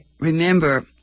remember